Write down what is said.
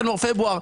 ינואר פברואר,